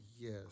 yes